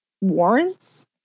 warrants